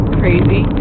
crazy